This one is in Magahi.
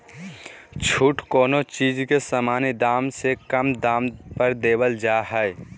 छूट कोनो चीज के सामान्य दाम से कम दाम पर देवल जा हइ